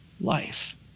life